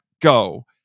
Go